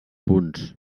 punts